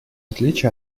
отличие